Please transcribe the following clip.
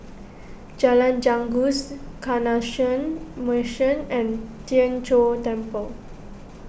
Jalan Janggus Canossian Mission and Tien Chor Temple